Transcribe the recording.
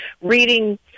reading